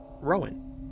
Rowan